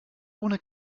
ohne